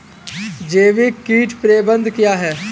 जैविक कीट प्रबंधन क्या है?